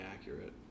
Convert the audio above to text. accurate